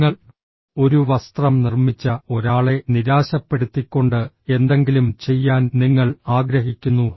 നിങ്ങൾ ഒരു വസ്ത്രം നിർമ്മിച്ച ഒരാളെ നിരാശപ്പെടുത്തിക്കൊണ്ട് എന്തെങ്കിലും ചെയ്യാൻ നിങ്ങൾ ആഗ്രഹിക്കുന്നു